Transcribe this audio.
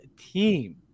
team